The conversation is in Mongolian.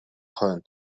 хойно